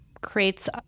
creates